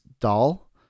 doll